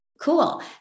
Cool